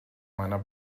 meiner